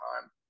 time